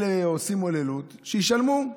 אלה עושים הוללות, שישלמו.